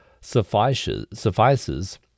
suffices